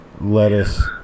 lettuce